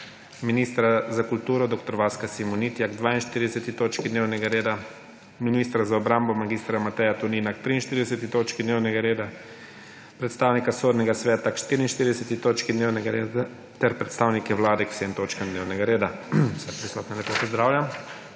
ministra za kulturo dr. Vaska Simonitija k 42. toči dnevnega reda, ministra za obrambo mag. Mateja Tonina k 43. točki dnevnega reda, predstavnika Sodnega sveta k 44. točki dnevnega reda ter predstavnike Vlade k vsem točkam dnevnega reda. Vse prisotne lepo pozdravljam!